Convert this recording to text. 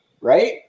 right